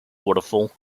waterfall